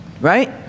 Right